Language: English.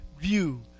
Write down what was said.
view